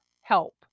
help